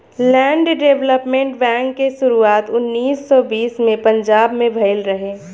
land development bank के शुरुआत उन्नीस सौ बीस में पंजाब में भईल रहे